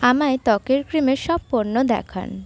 আমায় ত্বকের ক্রিমের সব পণ্য দেখান